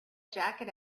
jacket